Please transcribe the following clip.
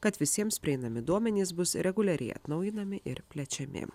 kad visiems prieinami duomenys bus reguliariai atnaujinami ir plečiami